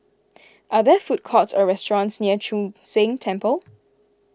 are there food courts or restaurants near Chu Sheng Temple